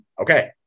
Okay